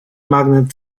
magnet